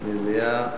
מליאה.